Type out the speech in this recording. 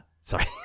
Sorry